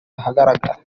ahagaragara